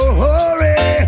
hurry